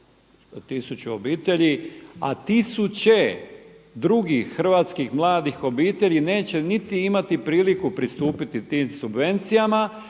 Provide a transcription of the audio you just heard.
1000 obitelji a tisuće drugih hrvatskih mladih obitelji neće niti imati priliku pristupiti tim subvencijama